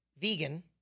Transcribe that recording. vegan